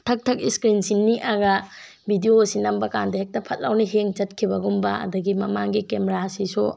ꯊꯛ ꯊꯛ ꯁ꯭ꯀ꯭ꯔꯤꯟꯁꯤ ꯅꯤꯛꯑꯒ ꯕꯤꯗꯤꯌꯣꯁꯤ ꯅꯝꯕ ꯀꯥꯟꯗ ꯍꯦꯛꯇ ꯐꯠ ꯂꯥꯎꯅ ꯍꯦꯡ ꯆꯠꯈꯤꯕꯒꯨꯝꯕ ꯑꯗꯨꯗꯒꯤ ꯃꯃꯥꯡꯒꯤ ꯀꯦꯃꯦꯔꯥꯁꯤꯁꯨ